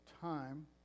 time